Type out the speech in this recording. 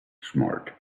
smart